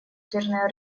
ядерное